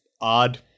odd